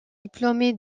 diplômé